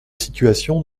situations